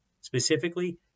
Specifically